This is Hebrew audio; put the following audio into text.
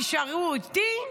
תישארו איתי,